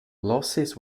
losses